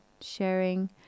sharing